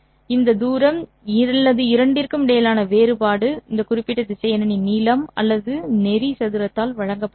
இந்த தூரம் அல்லது இரண்டிற்கும் இடையிலான வேறுபாடு இந்த குறிப்பிட்ட திசையனின் நீளம் அல்லது நெறி சதுரத்தால் வழங்கப்படும்